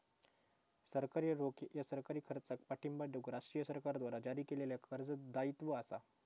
सरकारी रोखा ह्या सरकारी खर्चाक पाठिंबा देऊक राष्ट्रीय सरकारद्वारा जारी केलेल्या कर्ज दायित्व असा